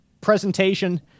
presentation